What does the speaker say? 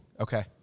Okay